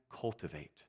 cultivate